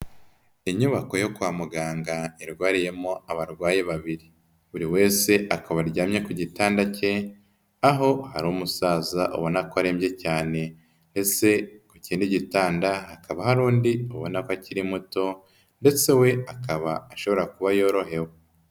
Inyubako yo kwa muganga irwariyemo abarwayi babiri, buri wese akaba aryamye ku gitanda ke, aho hari umusaza ubona ko arembye cyane, ndetse ikindi gitanda hakaba hari undi ubona ko akiri muto ndetse we akaba ashobora kuba yorohewe.